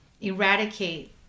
eradicate